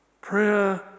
Prayer